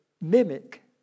mimic